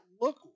look